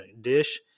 dish